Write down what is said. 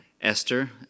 Esther